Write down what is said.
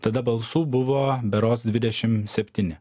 tada balsų buvo berods dvidešim septyni